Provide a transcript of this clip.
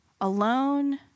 alone